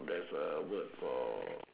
there's a word for